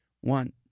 One